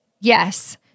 yes